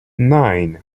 nine